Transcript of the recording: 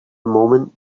moment